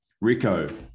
rico